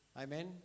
Amen